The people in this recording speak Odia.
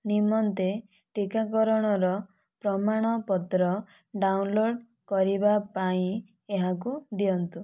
ନିମନ୍ତେ ଟିକାକରଣର ପ୍ରମାଣପତ୍ର ଡାଉନଲୋଡ଼୍ କରିବା ପାଇଁ ଏହାକୁ ଦିଅନ୍ତୁ